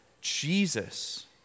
Jesus